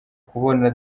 kubona